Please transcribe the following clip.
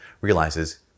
realizes